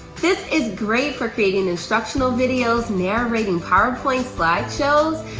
this is great for creating instructional videos, narrating powerpoint slideshows,